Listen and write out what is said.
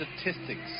statistics